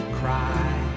cry